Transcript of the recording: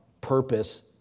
purpose